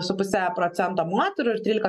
su puse procento moterų ir trylika